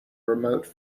remote